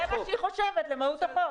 זה מה שהיא חושבת על מהות החוק.